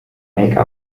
make